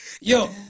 Yo